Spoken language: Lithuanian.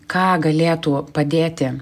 ką galėtų padėti